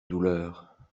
douleur